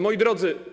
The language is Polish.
Moi Drodzy!